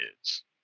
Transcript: kids